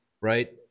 right